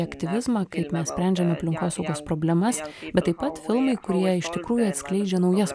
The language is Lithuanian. aktyvizmą kaip mes sprendžiam aplinkosaugos problemas bet taip pat filmai kurie iš tikrųjų atskleidžia naujas